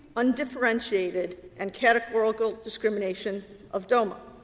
undifferentiated and categorical discrimination of doma,